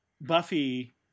Buffy